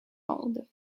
monde